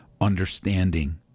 understanding